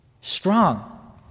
Strong